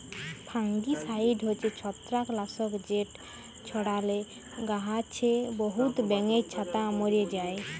fungicide হছে ছত্রাক লাসক যেট ছড়ালে গাহাছে বহুত ব্যাঙের ছাতা ম্যরে যায়